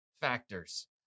factors